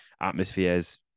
atmospheres